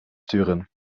sturen